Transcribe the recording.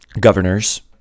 Governors